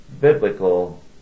biblical